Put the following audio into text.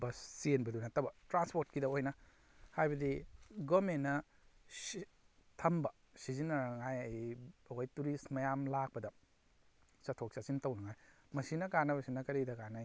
bus ꯆꯦꯟꯕꯗꯨ ꯅꯠꯇꯕ ꯇ꯭ꯔꯥꯟꯁꯄꯣꯔꯠꯀꯤꯗ ꯑꯣꯏꯅ ꯍꯥꯏꯕꯗꯤ ꯒꯣꯚꯔꯃꯦꯟꯅ ꯊꯝꯕ ꯁꯤꯖꯤꯟꯅꯅꯤꯉꯥꯏ ꯑꯩꯈꯣꯏ ꯇꯨꯔꯤꯁ ꯃꯌꯥꯝ ꯂꯥꯛꯄꯗ ꯆꯠꯊꯣꯛ ꯆꯠꯁꯤꯟ ꯇꯧꯅꯉꯥꯏ ꯃꯁꯤꯅ ꯀꯥꯟꯅꯕꯁꯤꯅ ꯀꯔꯤꯗ ꯀꯥꯟꯅꯩ